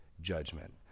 judgment